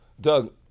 Doug